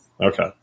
Okay